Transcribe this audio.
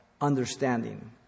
understanding